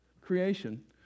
creation